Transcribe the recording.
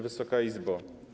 Wysoka Izbo!